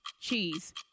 Cheese